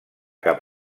cap